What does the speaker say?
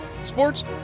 sports